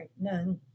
none